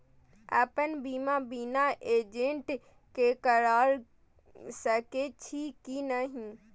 अपन बीमा बिना एजेंट के करार सकेछी कि नहिं?